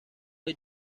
hay